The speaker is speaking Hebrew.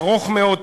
ארוך מאוד,